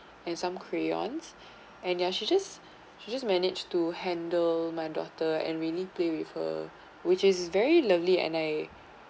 and some crayons and ya she just she just managed to handle my daughter and really play with her which is very lovely and I